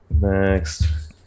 next